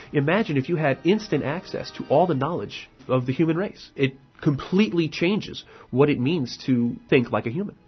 imagine if you had instant access to all the knowledge of the human race. it completely changes what it means to think like a human.